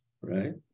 right